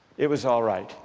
it was all right.